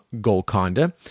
Golconda